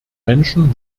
menschen